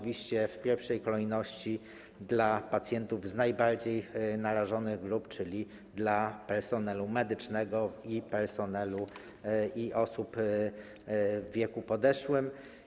W pierwszej kolejności dla pacjentów z najbardziej narażonych grup, czyli dla personelu medycznego i osób w wieku podeszłym.